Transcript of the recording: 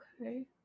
okay